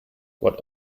what